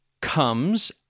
comes